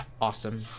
awesome